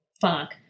fuck